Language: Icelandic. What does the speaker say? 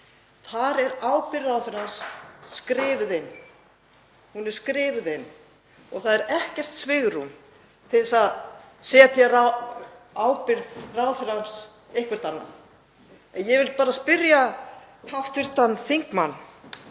Þar er ábyrgð ráðherrans skrifuð inn, hún er skrifuð inn og það er ekkert svigrúm til að setja ábyrgð ráðherrans eitthvert annað. Ég vil bara spyrja hv. þingmann